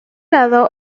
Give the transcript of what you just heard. lado